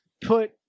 put